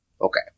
Okay